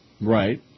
Right